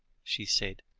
she said,